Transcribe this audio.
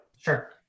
Sure